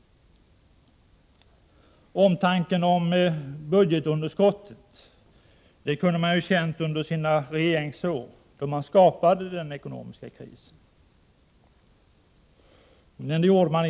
Omtanken om budgetunderskottet kunde ju de borgerliga ha känt under sina regeringsår, då de skapade den ekonomiska krisen.